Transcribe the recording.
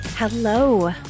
Hello